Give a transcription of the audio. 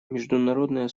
международное